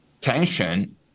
tension